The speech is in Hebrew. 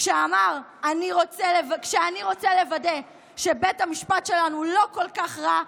כשאמר: "כשאני רוצה לוודא שבית המשפט שלנו לא כל כך רע,